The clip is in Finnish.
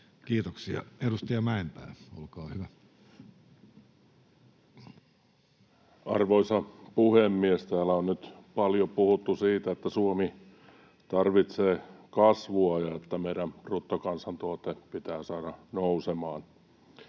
suunnitelmasta Time: 15:05 Content: Arvoisa puhemies! Täällä on nyt paljon puhuttu siitä, että Suomi tarvitsee kasvua ja että meidän bruttokansantuote pitää saada nousemaan.